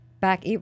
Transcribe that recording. back